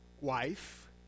wife